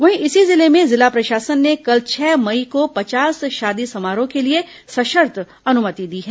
वहीं इसी जिले में जिला प्रशासन ने कल छह मई को पचास शादी समारोह के लिए सशर्त अनुमति दी है